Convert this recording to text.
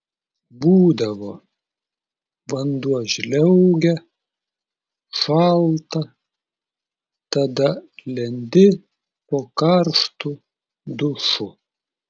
būdavo vanduo žliaugia šalta tada lendi po karštu dušu